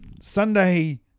Sunday